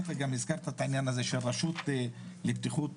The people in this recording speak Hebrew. הזכרת את העניין של רשות בטיחות